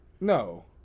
no